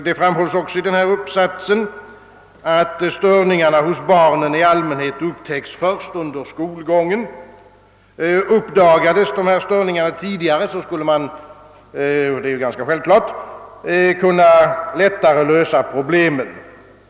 Det framhålles också i denna uppsats, att störningarna hos barnen i allmänhet upptäcks först under skolgången; om störningarna uppdagades tidigare, skulle man — och det är ju ganska självklart — lättare kunna lösa problemen.